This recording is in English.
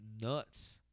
nuts